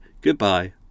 goodbye